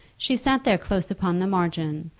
she sat there close upon the margin,